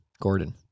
Gordon